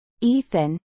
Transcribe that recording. Ethan